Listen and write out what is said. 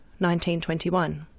1921